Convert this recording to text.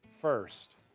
first